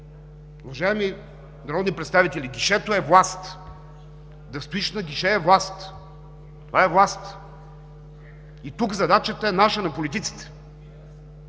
Уважаеми народни представители, гишето е власт! Да стоиш на гише е власт. И тук наша е задачата, на политиците.